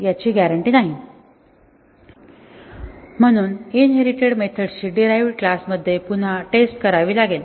याची ग्यारंटी नाही आणि म्हणून इनहेरिटेड मेथड्सची डीरहाईवड क्लास मध्ये पुन्हा टेस्ट करावी लागेल